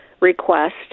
request